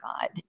God